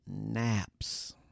naps